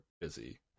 busy